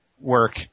work